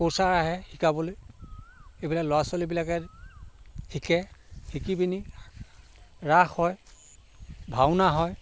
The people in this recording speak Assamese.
ক'চাৰ আহে শিকাবলৈ এইফালে ল'ৰা ছোৱালীবিলাকে শিকে শিকি পিনি ৰাস হয় ভাওনা হয়